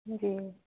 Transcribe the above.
जी